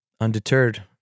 Undeterred